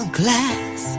glass